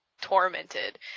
tormented